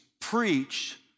preach